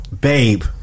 babe